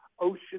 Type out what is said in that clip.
ocean